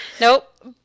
Nope